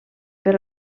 per